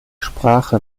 sprache